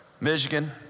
Michigan